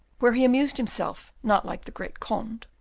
where he amused himself, not, like the great conde,